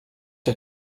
der